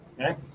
okay